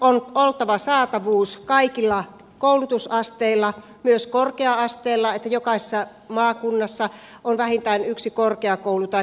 on oltava sellainen saatavuus kaikilla koulutusasteilla myös korkea asteella että jokaisessa maakunnassa on vähintään yksi korkeakoulu tai korkeakouluja